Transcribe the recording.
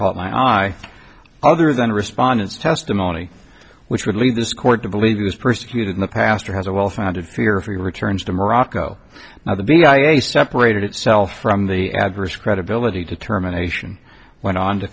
caught my eye other than respondents testimony which would lead this court to believe it was persecuted in the past or has a well founded fear three returns to morocco now the b i a separated itself from the adverse credibility determination went on to